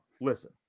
Listen